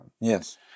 Yes